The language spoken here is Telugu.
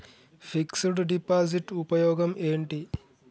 ఫిక్స్ డ్ డిపాజిట్ ఉపయోగం ఏంటి?